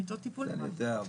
מיטות טיפול נמרץ.